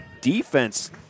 defense